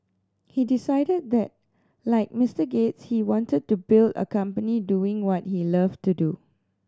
he decided that like Mister Gates he wanted to build a company doing what he love to do